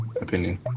opinion